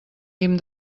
guim